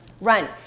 Run